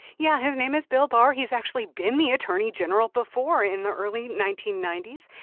yeah. his name is bill barr. he's actually been the attorney general before in the early nineteen ninety s,